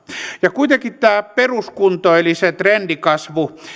ja kuitenkin tämä peruskunto eli se trendikasvu